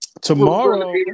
Tomorrow